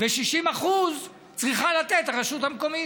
ו-60% צריכה לתת הרשות המקומית.